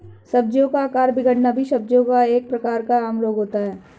सब्जियों का आकार बिगड़ना भी सब्जियों का एक प्रकार का आम रोग होता है